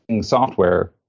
software